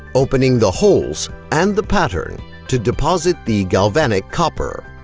opening the holes and the pattern to deposit the galvanic copper.